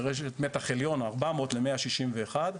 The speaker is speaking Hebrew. זו רשת מתח עליון, ארבע מאות ומאה שישים ואחד,